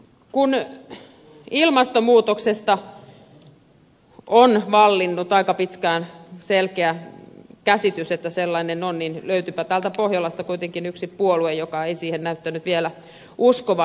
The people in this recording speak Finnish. kun ilmastonmuutoksesta on vallinnut aika pitkään selkeä käsitys että sellainen on niin löytyypä täältä pohjolasta kuitenkin yksi puolue joka ei siihen näytä vielä uskovan